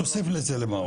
תוסיף את זה ל"מעוף".